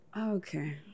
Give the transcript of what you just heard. Okay